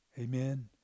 Amen